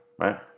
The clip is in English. right